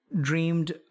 dreamed